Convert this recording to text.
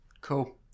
Cool